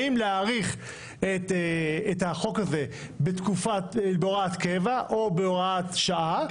האם להאריך את החוק הזה בהוראת קבע או בהוראת שעה,